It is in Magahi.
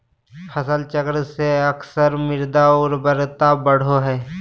फसल चक्र से अक्सर मृदा उर्वरता बढ़ो हइ